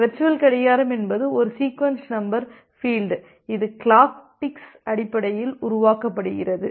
இந்த வெர்ச்சுவல் கடிகாரம் என்பது ஒரு சீக்வென்ஸ் நம்பர் பீல்ட் இது கிளாக் டிக்ஸ் அடிப்படையில் உருவாக்கப்படுகிறது